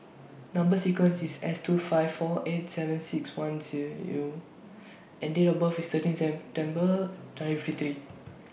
Number sequence IS S two five four eight seven six one C U and Date of birth IS thirteen's twenty fifty